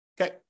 Okay